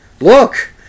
Look